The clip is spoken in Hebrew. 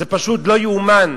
זה פשוט לא יאומן,